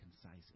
concise